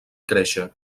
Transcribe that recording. créixer